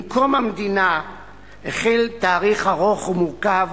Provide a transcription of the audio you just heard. עם קום המדינה החל תהליך ארוך ומורכב